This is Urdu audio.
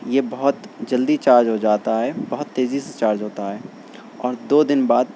یہ بہت جلدی چارج ہو جاتا ہے بہت تیزی سے چارج ہوتا ہے اور دو دن بعد